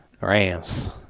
Rams